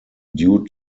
due